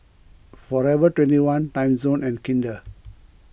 forever twenty one Timezone and Kinder